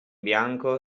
bianco